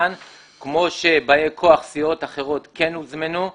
כמו שבאי כוח סיעות אחרות כן הוזמנו.